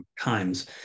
times